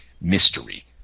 mystery